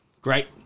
great